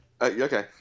Okay